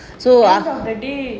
end of the day